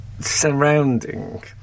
surrounding